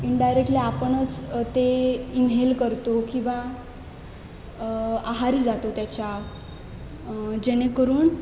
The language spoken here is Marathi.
इन्डायरेक्टली आपणच ते इनहेल करतो किंवा आहारी जातो त्याच्या जेणेकरून